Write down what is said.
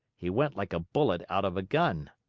he went like a bullet out of a gun.